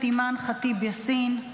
חברת הכנסת אימאן ח'טיב יאסין,